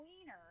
wiener